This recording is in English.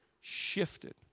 shifted